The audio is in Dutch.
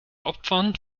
opvang